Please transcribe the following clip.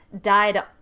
died